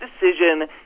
decision